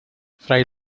fray